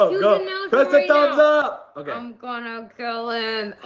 ah you know press the thumbs up. okay. i'm gonna kill and